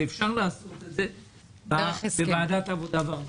ואפשר לעשות את זה בוועדת העבודה והרווחה.